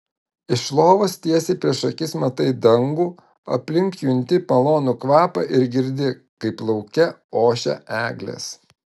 iš lovos tiesiai prieš akis matai dangų aplink junti malonų kvapą ir girdi kaip lauke ošia eglės